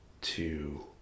two